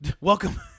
welcome